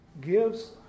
gives